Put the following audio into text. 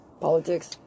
Politics